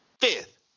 Fifth